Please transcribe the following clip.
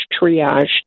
triage